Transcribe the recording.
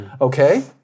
okay